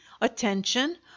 attention